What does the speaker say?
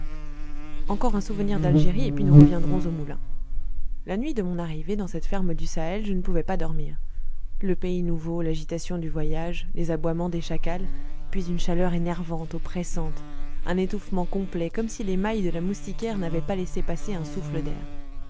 encore un souvenir d'algérie et puis nous reviendrons au moulin la nuit de mon arrivée dans cette ferme du sahel je ne pouvais pas dormir le pays nouveau l'agitation du voyage les aboiements des chacals puis une chaleur énervante oppressante un étouffement complet comme si les mailles de la moustiquaire n'avaient pas laissé passer un souffle d'air